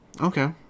Okay